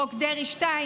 חוק דרעי 2,